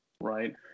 right